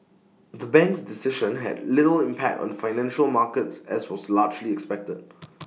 the bank's decision had little impact on financial markets as was largely expected